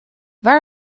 waar